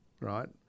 right